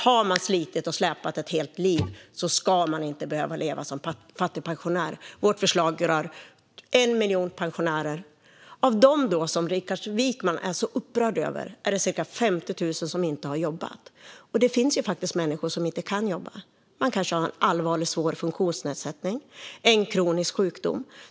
Har man slitit och släpat ett helt liv ska man inte behöva leva som fattigpensionär. Vårt förslag rör en miljon pensionärer. Dem som Niklas Wykman är så upprörd över är de cirka 50 000 som inte har jobbat. Det finns faktiskt människor som inte kan jobba. De kanske har en allvarlig svår funktionsnedsättning eller en kronisk sjukdom.